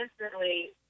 instantly